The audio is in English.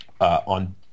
on